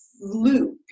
loop